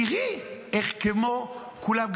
תראי איך כמו כולם,